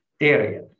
area